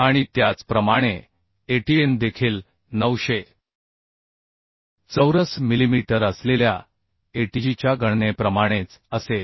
आणि त्याचप्रमाणे atn देखील 900 चौरस मिलिमीटर असलेल्या atg च्या गणनेप्रमाणेच असेल